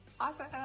awesome